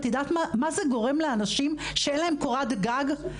את יודעת מה זה גורם לאנשים שאין להם קורת גג?